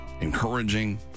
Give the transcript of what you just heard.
encouraging